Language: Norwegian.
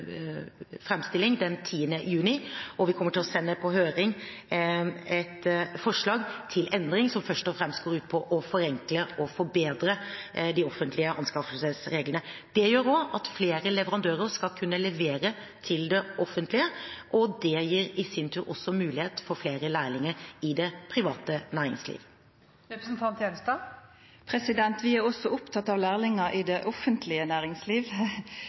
juni, og vi kommer til å sende på høring et forslag til endring, som først og fremst går ut på å forenkle og å forbedre de offentlige anskaffelsesreglene. Det gjør også at flere leverandører skal kunne levere til det offentlige, og det gir i sin tur også mulighet for flere lærlinger i det private næringsliv. Vi er også opptatt av lærlinger i det offentlige næringsliv.